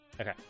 Okay